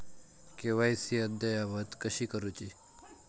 KYC अद्ययावत कशी करुची?